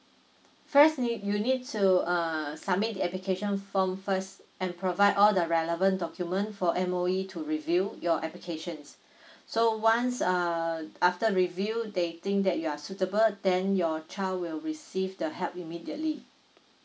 first need you need so uh submit the application form first and provide all the relevant document for M_O_E to review your applications so once err after review they think that you are suitable then your child will receive the help immediately